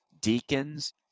deacons